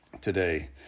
today